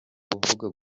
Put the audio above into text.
kuvuga